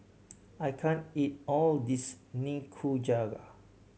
I can't eat all of this Nikujaga